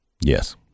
Yes